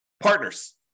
Partners